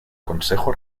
consejo